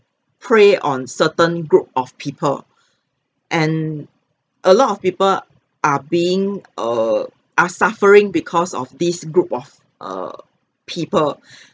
pray on certain group of people and a lot of people are being err are suffering because of this group of err people